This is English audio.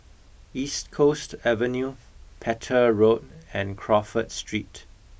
East Coast Avenue Petir Road and Crawford Street